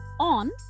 On